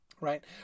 Right